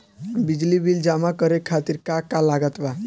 बिजली बिल जमा करे खातिर का का लागत बा?